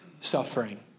suffering